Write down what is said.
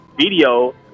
video